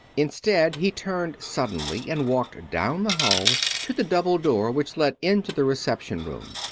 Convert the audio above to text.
instead he turned suddenly and walked down the hall to the double door which led into the reception room.